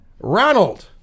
Ronald